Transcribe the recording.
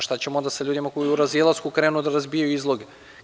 Šta ćemo onda sa ljudima koji u razilasku krenu da razbijaju izloge.